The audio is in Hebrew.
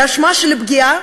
באשמה של פגיעה,